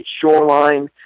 shoreline